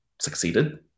succeeded